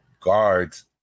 guards